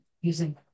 using